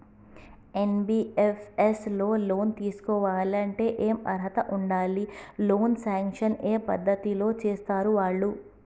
NBFS లో loan తీస్కోవాలంటే ఏం అర్హత ఉండాలి? లోన్ సాంక్షన్ ఏ పద్ధతి లో చేస్తరు వాళ్లు?